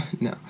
No